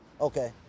Okay